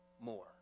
more